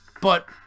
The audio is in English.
But-